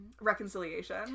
reconciliation